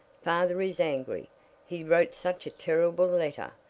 father is angry he wrote such a terrible letter,